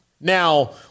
Now